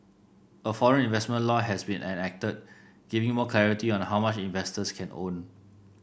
a foreign investment law has been enacted giving more clarity on how much investors can own